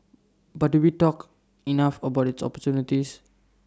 but do we talk enough about its opportunities